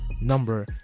number